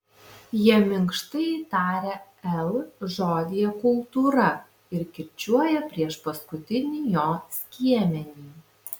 jie minkštai taria l žodyje kultūra ir kirčiuoja priešpaskutinį jo skiemenį